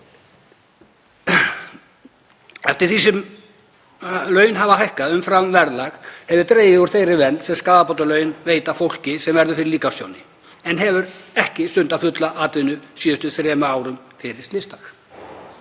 Eftir því sem laun hafa hækkað umfram verðlag hefur dregið úr þeirri vernd sem skaðabótalögin veita fólki sem verður fyrir líkamstjóni en hefur ekki stundað fulla vinnu á síðustu þremur árum fyrir slysdag.